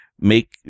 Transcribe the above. make